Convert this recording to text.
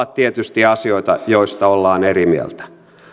ovat tietysti asioita joista ollaan eri mieltä